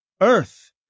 Earth